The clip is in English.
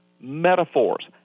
metaphors